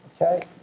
Okay